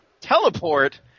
Teleport